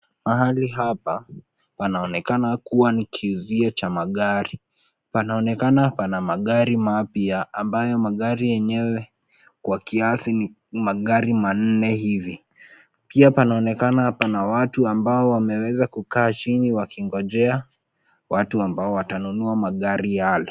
Mahali hapa, panaonekana kuwa ni kiuzio cha magari, panaonekana pana magari mapya ambayo magari yenyewe, kwa kiasi ni, magari manne hivi, pia panaonekana pana watu ambao wameweza kukaa chini wakingojea, watu ambao watanunua magari yale.